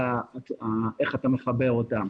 של איך אתה מחבר אותה,